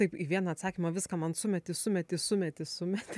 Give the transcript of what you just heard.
taip į vieną atsakymą viską man sumeti sumeti sumeti sumeti